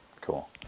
Cool